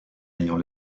ayant